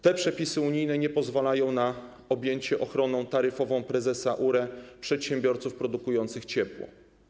Te przepisy unijne nie pozwalają na objęcie ochroną taryfową prezesa URE przedsiębiorców produkujących ciepło.